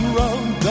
round